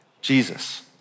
Jesus